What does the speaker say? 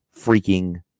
freaking